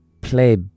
play